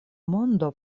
mondo